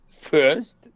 first